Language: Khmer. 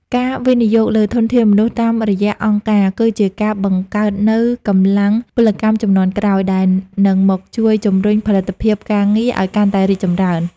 ការវិនិយោគលើធនធានមនុស្សតាមរយៈអង្គការ គឺជាការបង្កើតនូវ "កម្លាំងពលកម្មជំនាន់ក្រោយ" ដែលនឹងមកជួយជំរុញផលិតភាពការងារឱ្យកាន់តែរីកចម្រើន។